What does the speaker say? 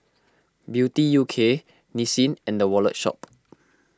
Beauty U K Nissin and the Wallet Shop